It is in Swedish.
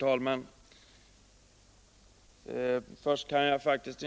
Herr talman!